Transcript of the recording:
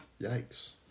Yikes